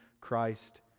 Christ